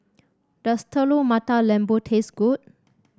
does Telur Mata Lembu taste good